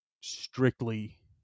strictly